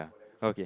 okay